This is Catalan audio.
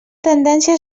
tendència